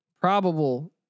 probable